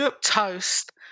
toast